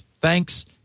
Thanks